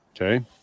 Okay